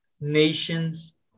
nations